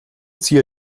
zier